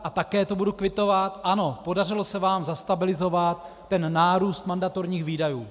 A také to budu kvitovat ano, podařilo se vám zastabilizovat nárůst mandatorních výdajů.